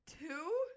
Two